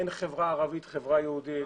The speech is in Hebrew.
אין חברה ערבית וחברה יהודית,